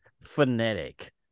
phonetic